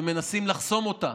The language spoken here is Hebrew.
ומנסים לחסום אותה